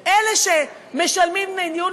אלה שמשלמים דמי ניהול,